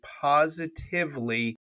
positively